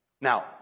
Now